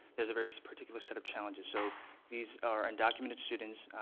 there's a very particular set of challenges. so these are undocumented students,